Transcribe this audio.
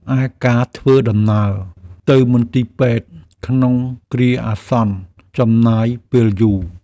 ឯការធ្វើដំណើរទៅមន្ទីរពេទ្យក្នុងគ្រាអាសន្នចំណាយពេលយូរ។